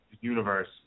Universe